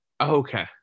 Okay